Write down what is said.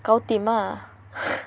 gao tim ah